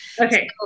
Okay